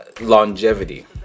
Longevity